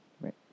Right